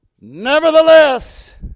Nevertheless